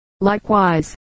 Likewise